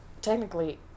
technically